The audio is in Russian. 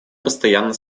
постоянно